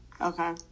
Okay